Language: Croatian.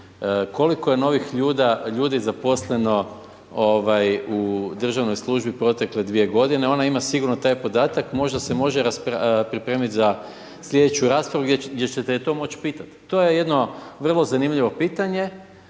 koliko je novih ljudi zaposleno ovaj u državnoj službi u protekle dvije godine, ona ima sigurno taj podatak, možda se može pripremit za slijedeću raspravu gdje ćete je to moć pitat. To je jedno vrlo zanimljivo pitanje,